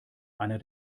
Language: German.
einer